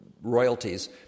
royalties